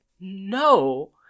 No